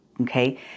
okay